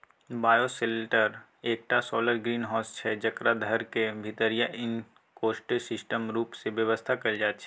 bioshelter एकटा solar greenhouse छै जकरा घरक भीतरीया इकोसिस्टम रुप मे बेबस्था कएल जाइत छै